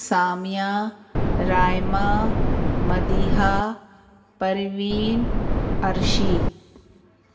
Samiya Raima Madiha Parveen Arshi